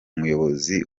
muyobozi